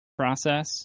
process